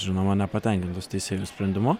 žinoma nepatenkintas teisėjų sprendimu